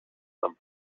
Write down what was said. them